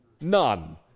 None